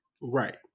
Right